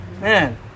Man